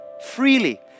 Freely